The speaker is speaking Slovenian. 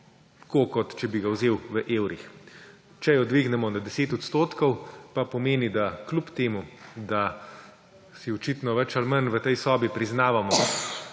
kot če bi ga vzel v evrih. Če jo dvignemo na 10 odstotkov pa pomeni, kljub temu da si očitno več ali manj v tej sobi priznavamo,